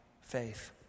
faith